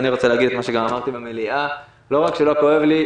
אני רוצה להגיד מה שגם אמרתי במליאה: לא רק שלא כואב לי,